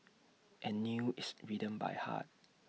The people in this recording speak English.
and knew its rhythms by heart